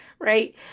Right